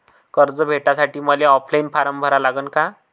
कर्ज भेटासाठी मले ऑफलाईन फारम भरा लागन का?